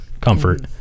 comfort